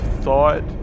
thought